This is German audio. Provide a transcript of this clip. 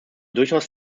durchaus